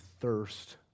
thirst